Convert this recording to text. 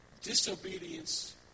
Disobedience